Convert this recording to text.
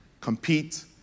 Compete